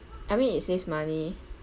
I mean it saves money